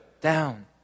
down